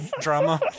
drama